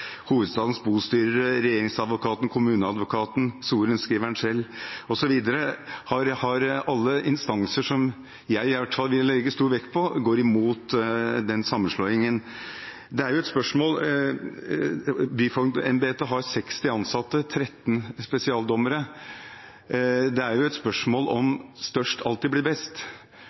hovedstadens bostyrere, Regjeringsadvokaten, Kommuneadvokaten, sorenskriveren selv osv. – alle instanser som jeg i hvert fall vil legge stor vekt på – gått imot sammenslåingen. Byfogdembetet har 60 ansatte, 13 spesialdommere. Det er et spørsmål om størst alltid blir best.